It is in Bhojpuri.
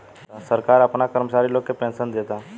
सरकार आपना कर्मचारी लोग के पेनसन देता